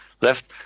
left